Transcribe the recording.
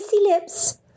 lips